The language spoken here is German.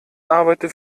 arbeite